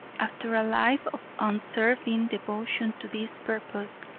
after a life of unswerving devotion to this purpose,